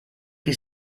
che